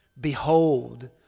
Behold